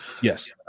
yes